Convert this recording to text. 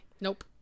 Nope